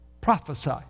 prophesy